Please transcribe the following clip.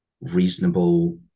reasonable